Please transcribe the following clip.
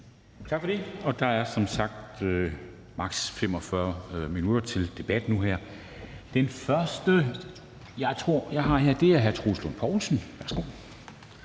Tak for det. Der er som sagt maks. 45 minutter til debat nu her. Den første, jeg tror jeg har her, er hr. Troels Lund Poulsen. Værsgo.